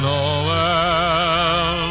Noel